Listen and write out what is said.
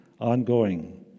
ongoing